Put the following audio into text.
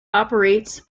operates